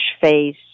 face